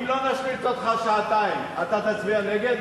אם אנחנו לא נשמיץ אותך שעתיים, אתה תצביע נגד?